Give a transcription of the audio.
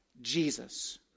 Jesus